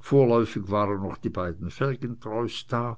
vorläufig waren noch die beiden felgentreus da